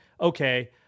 Okay